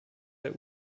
der